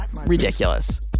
ridiculous